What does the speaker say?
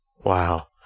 Wow